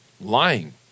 lying